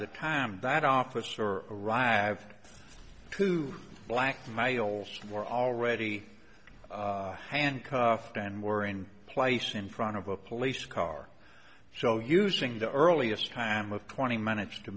the time that officer arrived at two black males were already handcuffed and wearing place in front of a police car so using the earliest time of twenty minutes to